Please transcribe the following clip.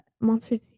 monsters